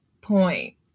point